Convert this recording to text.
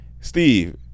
Steve